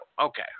Okay